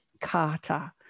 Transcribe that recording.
Carter